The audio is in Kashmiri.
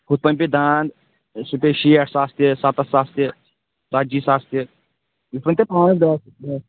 ہُتھٕ پٲٹھۍ پیٚیہِ دانٛد سُہ پیٚیہِ شیٹھ ساس تہِ ستتھ ساس تہِ ژتجی ساس تہِ